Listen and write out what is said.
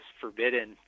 forbidden